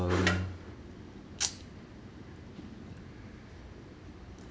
um